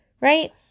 Right